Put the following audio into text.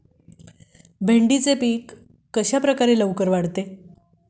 भेंडीचे पीक कशाप्रकारे लवकर वाढते?